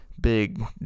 big